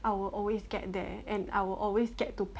I will always get there and I will always get to